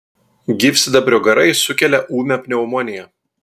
gyvsidabrio garai sukelia ūmią pneumoniją